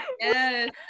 Yes